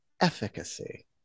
efficacy